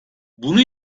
bunu